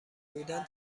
بودن